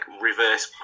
reverse